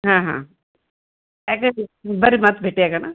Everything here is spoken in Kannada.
ಹಾಂ ಹಾಂ ಬನ್ರಿ ಮತ್ತೆ ಭೇಟಿ ಆಗೋಣ